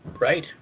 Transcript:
right